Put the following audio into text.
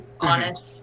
Honest